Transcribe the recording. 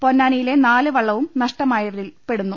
പൊന്നാനിയിലെ നാല് വള്ളവും നഷ്ടമായതിൽ പ്പെടുന്നു